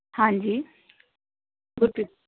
ਹਾਂਜੀ ਗੁਰਪ੍ਰੀਤ